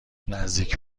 نزدیک